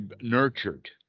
nurtured